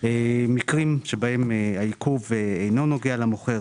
במקרים בהם העיכוב אינו נוגע למוכר,